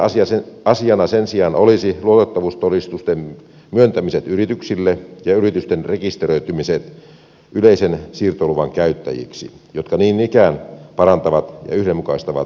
uutena asiana sen sijaan olisivat luotettavuustodistusten myöntämiset yrityksille ja yritysten rekisteröitymiset yleisen siirtoluvan käyttäjiksi jotka niin ikään parantavat ja yhdenmukaistavat vientikäytäntöjä